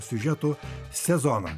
siužetų sezoną